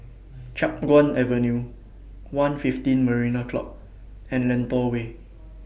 Chiap Guan Avenue one fifteen Marina Club and Lentor Way